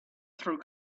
through